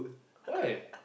why